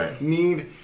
need